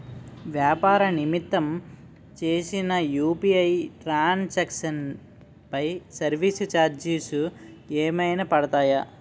వ్యాపార నిమిత్తం చేసిన యు.పి.ఐ ట్రాన్ సాంక్షన్ పై సర్వీస్ చార్జెస్ ఏమైనా పడతాయా?